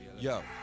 Yo